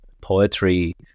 poetry